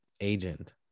agent